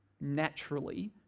naturally